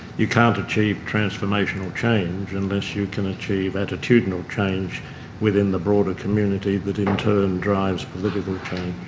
you can't achieve transformational change unless you can achieve attitudinal change within the broader community that in turn drives political change.